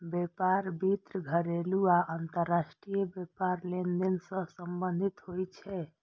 व्यापार वित्त घरेलू आ अंतरराष्ट्रीय व्यापार लेनदेन सं संबंधित होइ छै